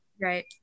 Right